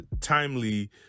timely